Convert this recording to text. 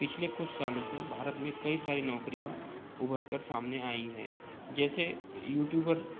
पिछले कुछ सालों से भारत में कई सारी नौकरियाँ उभरकर सामने आई हैं जैसे यूट्यूबर